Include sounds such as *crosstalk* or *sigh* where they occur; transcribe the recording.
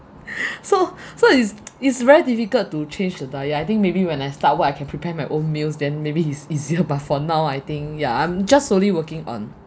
*breath* so so it's *noise* it's very difficult to change the diet I think maybe when I start work I can prepare my own meals then maybe it's easier but for now I think ya I'm just solely working on